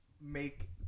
make